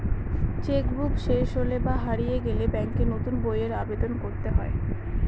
check book শেষ হলে বা হারিয়ে গেলে ব্যাঙ্কে নতুন বইয়ের আবেদন করতে হয়